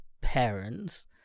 parents